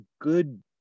good